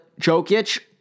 Jokic